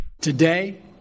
Today